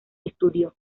estudió